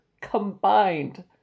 combined